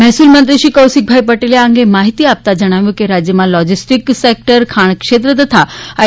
મહેસુલમંત્રી શ્રી કૌશિકભાઈ પટેલે આ અંગે માહિતી આપતા જણાવ્યું કે રાજ્યમાં લોજીસ્ટીક સેકટર ખાણ ક્ષેત્ર તથા આઈ